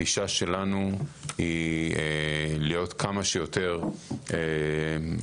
הגישה שלנו היא להיות כמה שיותר ליברלים